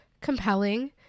compelling